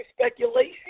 speculation